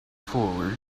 forward